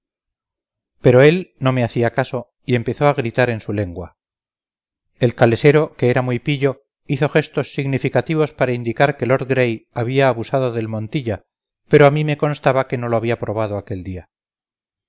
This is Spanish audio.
pero él no me hacía caso y empezó a gritar en su lengua el calesero que era muy pillo hizo gestos significativos para indicar que lord gray había abusado del montilla pero a mí me constaba que no lo había probado aquel día